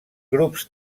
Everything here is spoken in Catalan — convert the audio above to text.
grups